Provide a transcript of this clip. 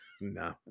No